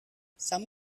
some